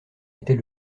était